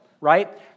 right